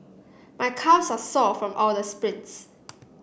my calves are sore from all the sprints